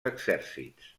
exèrcits